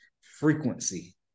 frequency